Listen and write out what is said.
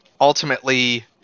ultimately